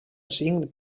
cinc